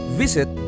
visit